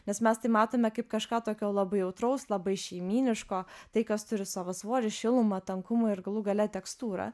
nes mes tai matome kaip kažką tokio labai jautraus labai šeimyniško tai kas turi savo svorį šilumą tankumą ir galų gale tekstūrą